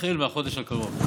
החל מהחודש הקרוב.